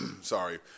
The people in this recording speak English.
sorry